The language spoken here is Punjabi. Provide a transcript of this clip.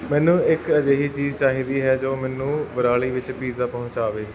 ਮੈਨੂੰ ਇੱਕ ਅਜਿਹੀ ਚੀਜ਼ ਚਾਹੀਦੀ ਹੈ ਜੋ ਮੈਨੂੰ ਵਰਾਲੀ ਵਿੱਚ ਪੀਜ਼ਾ ਪਹੁੰਚਾਵੇ